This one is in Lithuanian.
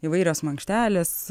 įvairios mankštelės